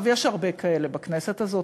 יש הרבה כאלה בכנסת הזאת,